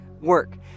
work